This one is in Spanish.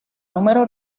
número